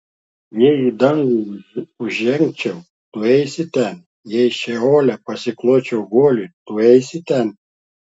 jei į dangų užžengčiau tu esi ten jei šeole pasikločiau guolį tu esi ten